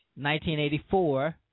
1984